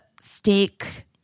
steak